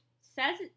says